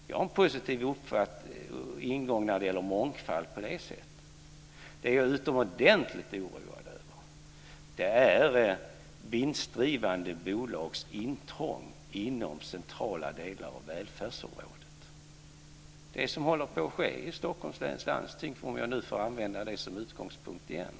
Jag har en positiv ingång när det gäller mångfald på det sättet. Det som jag är utomordentligt oroad över är vinstdrivande bolags intrång på centrala delar av välfärdsområdet. Ett exempel är det som håller på att ske i Stockholms läns landsting, om jag nu får använda det som utgångspunkt igen.